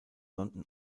london